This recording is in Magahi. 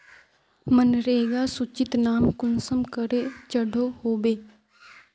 मनरेगा सूचित नाम कुंसम करे चढ़ो होबे?